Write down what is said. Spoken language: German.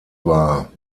war